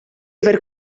aver